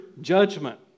judgment